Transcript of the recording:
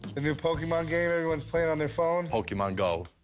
the new pokemon game everyone's playing on their phone? pokemon go.